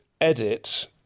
edit